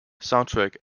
soundtrack